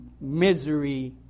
misery